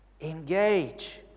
Engage